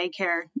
daycare